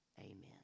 amen